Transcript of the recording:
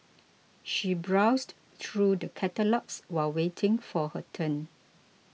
she browsed through the catalogues while waiting for her turn